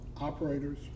operators